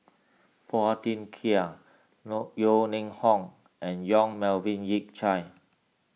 Phua Thin Kiay Yeo Ning Hong and Yong Melvin Yik Chye